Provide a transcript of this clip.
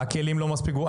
הכלים לא מספיק ברורים.